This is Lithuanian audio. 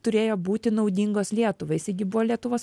turėjo būti naudingos lietuvai jisai gi buvo lietuvos